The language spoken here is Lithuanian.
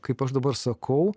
kaip aš dabar sakau